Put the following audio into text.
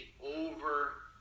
over